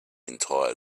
entire